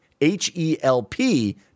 H-E-L-P